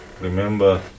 Remember